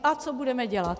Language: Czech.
A co budeme dělat?